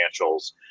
financials